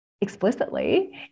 explicitly